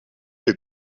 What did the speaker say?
ihr